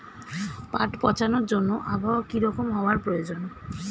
পাট পচানোর জন্য আবহাওয়া কী রকম হওয়ার প্রয়োজন?